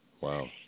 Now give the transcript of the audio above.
Wow